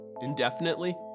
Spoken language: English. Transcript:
indefinitely